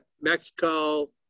Mexico